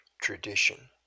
tradition